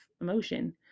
emotion